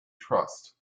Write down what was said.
trust